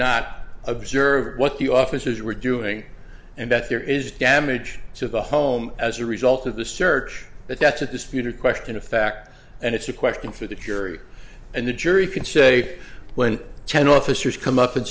not observe what the officers were doing and that there is damage to the home as a result of the search but that's a disputed question of fact and it's a question for the jury and the jury can say when ten officers come up and